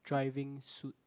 driving suit